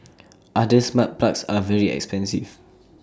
other smart plugs are very expensive